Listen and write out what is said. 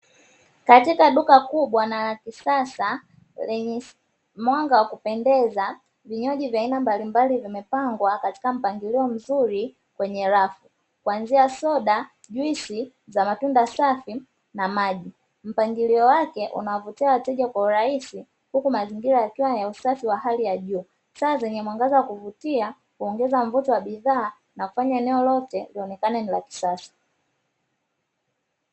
Katika duka kubwa na la kisasa lenye mwanga wa kupendeza, vinywaji vya aina mbalimbali vimepangwa katika mpangilio mzuri kwenye rafu, kuanzia: soda, juisi za matunda safi, na maji. Mpangilio wake unawavutia wateja kwa urahisi huku mazingira yakiwa ya usafi wa hali ya juu. Saa zenye mwanga wa kuvutia huongeza mvuto wa bidhaa na kufanya eneo lote lionekane ni la kisasa